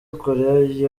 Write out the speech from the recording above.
koreya